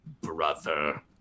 brother